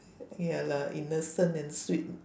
ya lah innocent and sweet